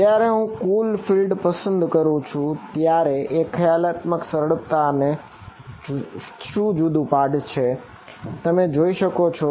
જયારે હું કુલ ફિલ્ડ અહીં પસંદ કરું છું ત્યારે એક ખ્યાલાત્મક સરળતા ને શું જુદું પાડે છે તે તમે જોઈ શકો છો